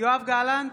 יואב גלנט,